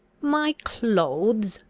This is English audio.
my clothes!